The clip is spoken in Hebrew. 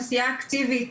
עשייה אקטיבית.